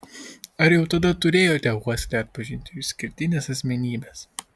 ar jau tada turėjote uoslę atpažinti išskirtines asmenybes